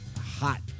hot